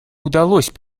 удалось